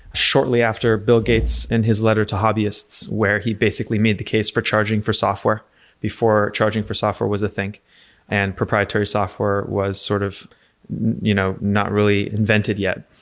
shortly after bill gates and his letter to hobbyists where he basically made the case for charging for software before charging for software was a thing and proprietary software was sort of you know not really invented yet.